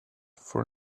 for